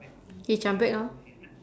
he jam brake orh